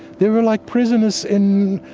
they were like prisoners in